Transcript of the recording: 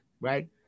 right